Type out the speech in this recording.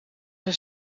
zijn